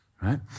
right